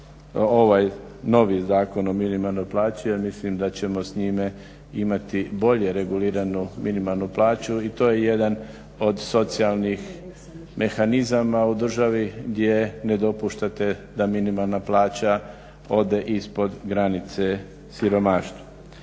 ovaj novi Zakon o minimalnoj plaći a mislim da ćemo s njime imati bolje reguliranu minimalnu plaću i to je jedan od socijalnih mehanizama u državi gdje ne dopuštate da minimalna plaća ode ispod granice siromaštva.